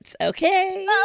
Okay